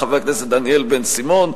חבר הכנסת דניאל בן-סימון,